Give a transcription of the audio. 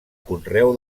conreu